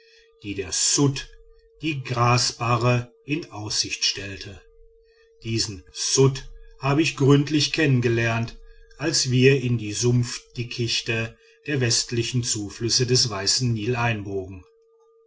die der ssudd die grasbarre in aussicht stellte diesen ssudd habe ich gründlich kennen gelernt als wir in die sumpfdickichte der westlichen zuflüsse des weißen nil einbogen